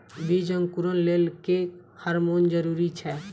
बीज अंकुरण लेल केँ हार्मोन जरूरी छै?